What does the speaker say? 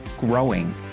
growing